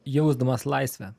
jausdamas laisvę